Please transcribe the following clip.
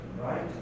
right